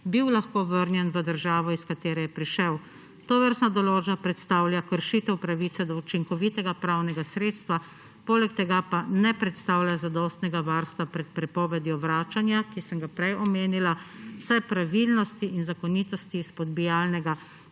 bil lahko vrnjen v državo, iz katere je prišel. Tovrstna določba predstavlja kršitev pravice do učinkovitega pravnega sredstva, poleg tega pa ne predstavlja zadostnega varstva pred prepovedjo vračanja, ki sem ga prej omenila, saj pravilnosti in zakonitosti izpodbijalnega